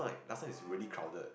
oh